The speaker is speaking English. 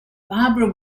barbara